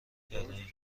کردهایم